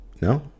No